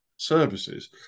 services